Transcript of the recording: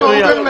מה